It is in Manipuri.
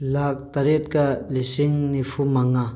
ꯂꯥꯛ ꯇꯔꯦꯠꯀ ꯂꯤꯁꯤꯡ ꯅꯤꯐꯨ ꯃꯉꯥ